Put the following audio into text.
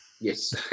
Yes